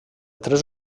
tres